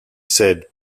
said